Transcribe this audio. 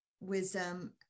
wisdom